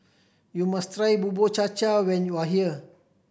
you must try Bubur Cha Cha when you are here